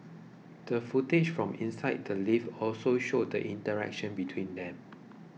the footage from inside the lift also showed the interaction between them